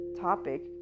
topic